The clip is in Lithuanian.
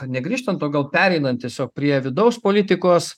ne grįžtant o gal pereinant tiesiog prie vidaus politikos